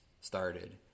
started